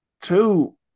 two